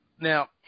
Now